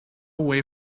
way